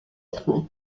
train